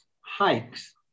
hikes